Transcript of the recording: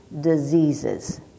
diseases